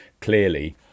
clearly